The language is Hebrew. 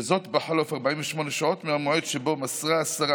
וזאת בחלוף 48 שעות מהמועד שבו מסרה השרה